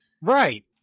Right